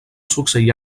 succeir